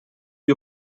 gli